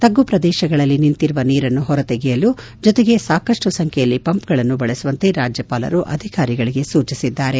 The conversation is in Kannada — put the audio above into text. ತಗ್ಗು ಪ್ರದೇಶಗಳಲ್ಲಿ ನಿಂತಿರುವ ನೀರನ್ನು ಹೊರತೆಗೆಯಲು ಜೊತೆಗೆ ಸಾಕಷ್ಟು ಸಂಬ್ದೆಯಲ್ಲಿ ಪಂಪ್ಗಳನ್ನು ಬಳಸುವಂತೆ ರಾಜ್ಲಪಾಲರು ಅಧಿಕಾರಿಗಳಿಗೆ ಸೂಚಿಸಿದ್ದಾರೆ